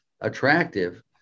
attractive